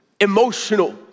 emotional